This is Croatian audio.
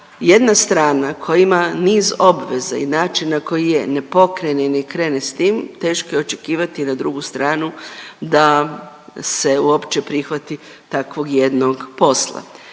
jedna strana koja ima niz obveza i način na koji je ne pokrene i ne krene s tim teško je očekivati na drugu stranu da se uopće prihvati takvog jednog posla.